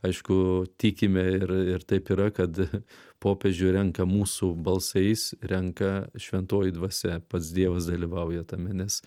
aišku tikime ir ir taip yra kad popiežių renka mūsų balsais renka šventoji dvasia pats dievas dalyvauja tame nes